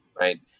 Right